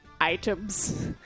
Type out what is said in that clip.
items